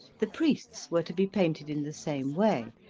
the priests were to be painted in the same way,